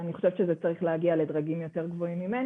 אני חושבת שבשביל זה צריך להגיע לדרגים גבוהים יותר.